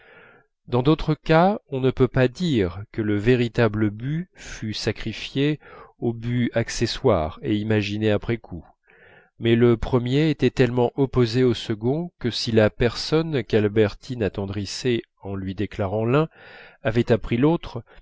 dans d'autres cas on ne peut pas dire que le véritable but fût sacrifié au but accessoire et imaginé après coup mais le premier était tellement opposé au second que si la personne qu'albertine attendrissait en lui déclarant l'un avait appris l'autre